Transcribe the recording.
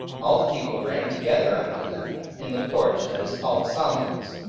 all the people ran together unto them in the porch that is called solomon's,